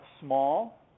small